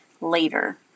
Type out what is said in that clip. later